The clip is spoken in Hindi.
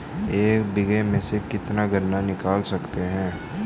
एक बीघे में से कितना गन्ना निकाल सकते हैं?